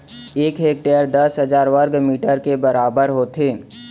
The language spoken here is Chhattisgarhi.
एक हेक्टर दस हजार वर्ग मीटर के बराबर होथे